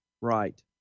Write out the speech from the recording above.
Right